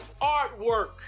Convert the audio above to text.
Artwork